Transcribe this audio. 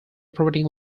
operating